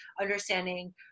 understanding